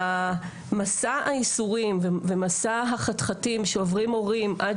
המסע הייסורים ומסע החתחתים שעוברים הורים עד